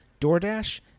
DoorDash